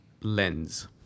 lens